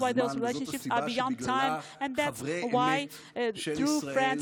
וזאת הסיבה שבגללה חברי אמת של ישראל